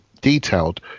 detailed